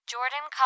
Jordan